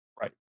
Right